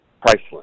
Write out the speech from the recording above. priceless